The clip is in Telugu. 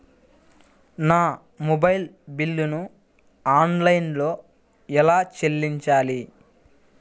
నా మొబైల్ బిల్లును ఆన్లైన్లో ఎలా చెల్లించాలి?